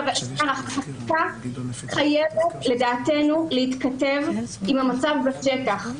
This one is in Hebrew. החקיקה חייבת לדעתנו להתכתב עם המצב בשטח.